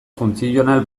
funtzional